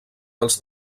dels